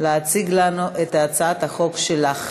זה המקום